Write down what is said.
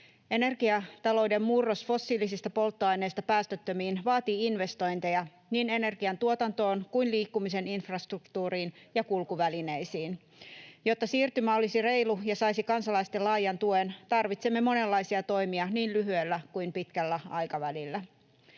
Energiatalouden murros fossiilisista polttoaineista päästöttömiin vaatii investointeja niin energiantuotantoon kuin liikkumisen infrastruktuuriin ja kulkuvälineisiin. Jotta siirtymä olisi reilu ja saisi kansalaisten laajan tuen, tarvitsemme monenlaisia toimia niin lyhyellä kuin pitkällä aikavälillä.